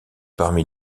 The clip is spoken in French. parmi